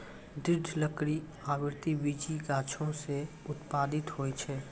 दृढ़ लकड़ी आवृति बीजी गाछो सें उत्पादित होय छै?